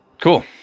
Cool